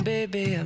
Baby